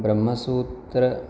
Brahmasutra